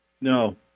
No